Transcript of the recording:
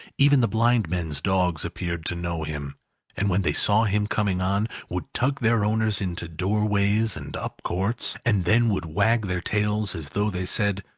even the blind men's dogs appeared to know him and when they saw him coming on, would tug their owners into doorways and up courts and then would wag their tails as though they said,